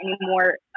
anymore